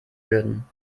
würden